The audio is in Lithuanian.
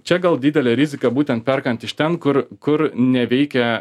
čia gal didelė rizika būtent perkant iš ten kur kur neveikia